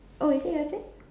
oh is it your turn